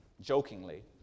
Jokingly